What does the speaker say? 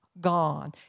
gone